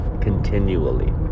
continually